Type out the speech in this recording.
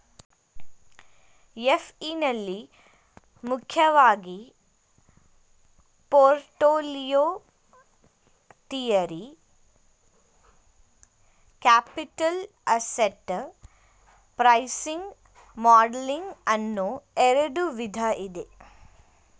FE ನಲ್ಲಿ ಮುಖ್ಯವಾಗಿ portfolio theory, capital asset pricing modelling ಅನ್ನೋ ಎರಡು ವಿಧ ಇದೆ